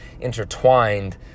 intertwined